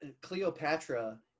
cleopatra